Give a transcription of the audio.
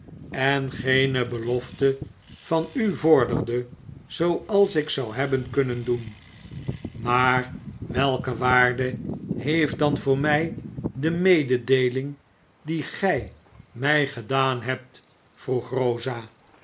en geene belofte van u vorderde zooals ik zou hebben kunnen doen maar welke waarde heeft dan voor mij de mededeeling die gij mij gedaan hebt vroeg rosa